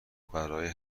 برای